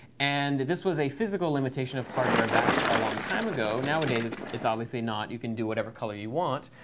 and this was a physical limitation of hardware back a long time ago. nowadays, it's it's obviously not. you can do whatever color you want.